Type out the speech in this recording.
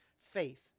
faith